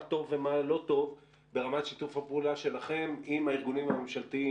מה טוב ומה לא טוב ברמת שיתוף הפעולה שלכם עם הארגונים הממשלתיים,